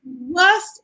worst